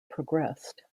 progressed